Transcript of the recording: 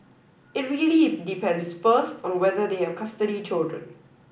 it really depends first on whether they have custody children